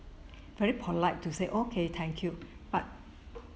very polite to say okay thank you but